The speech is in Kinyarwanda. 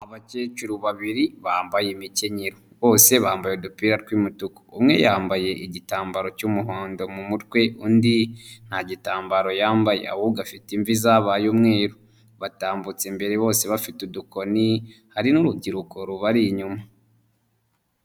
Abakecuru babiri bambaye imikenyero bose bambaye udupira tw'umutuku, umwe yambaye igitambaro cy'umuhondo mu mutwe undi nta gitambaro yambaye ahubwo afite imvi zabaye umweru, batambutse imbere bose bafite udukoni hari n'urubyiruko rubari inyuma.